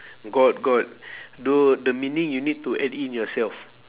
got got though the meaning you need to add in yourself